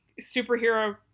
superhero